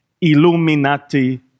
Illuminati